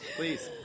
please